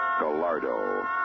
Gallardo